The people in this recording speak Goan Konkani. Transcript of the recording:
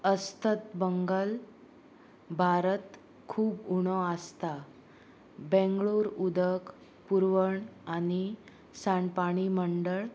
अस्तंत बंगाल भारत खूब उणो आसता बेंगळूर उदक पुरवण आनी साणपाणी मंडळ